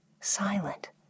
silent